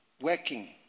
working